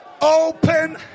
Open